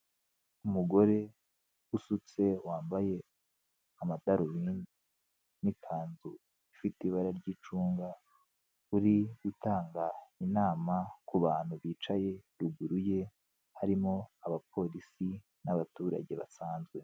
Umugore usutse, wambaye amadarubindi n'ikanzu ifite ibara ry'icunga, uri gutanga inama ku bantu bicaye ruguru ye, harimo abapolisi n'abaturage basanzwe.